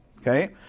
okay